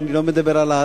אני לא מדבר על,